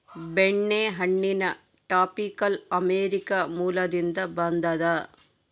ಬೆಣ್ಣೆಹಣ್ಣಿನ tropical America ಮೂಲದಿಂದ ಬಂದದ